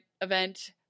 event